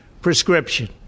prescription